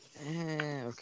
Okay